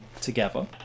together